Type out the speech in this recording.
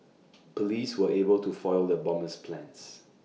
Police were able to foil the bomber's plans